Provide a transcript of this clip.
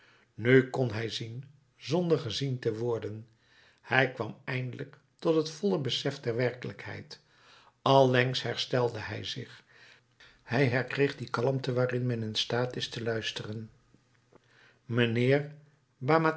nu kon hij zien zonder gezien te worden hij kwam eindelijk tot het volle besef der werkelijkheid allengs herstelde hij zich hij herkreeg die kalmte waarin men in staat is te luisteren mijnheer